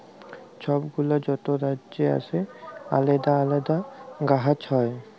ছব গুলা যত রাজ্যে আসে আলেদা আলেদা গাহাচ হ্যয়